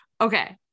Okay